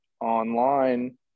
online